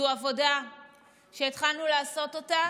זו עבודה שהתחלנו לעשות אותה